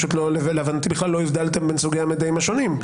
להבנתי בכלל לא הבדלתם בין סוגי המידעים השונים.